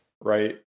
Right